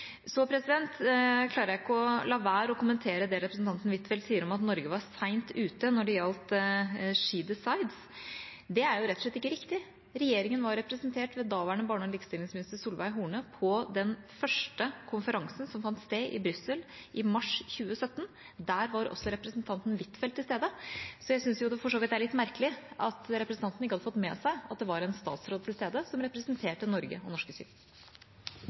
Så klarer jeg ikke å la være å kommentere det representanten Huitfeldt sier om at Norge var sent ute når det gjaldt SheDecides. Det er rett og slett ikke riktig. Regjeringa var representert ved daværende barne- og likestillingsminister Solveig Horne på den første konferansen, som fant sted i Brussel i mars 2017. Der var også representanten Huitfeldt til stede. Så jeg syns for så vidt det er litt merkelig at representanten ikke hadde fått med seg at det var en statsråd til stede, som representerte Norge og det norske